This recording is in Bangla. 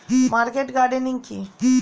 মার্কেট গার্ডেনিং কি?